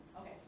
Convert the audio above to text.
okay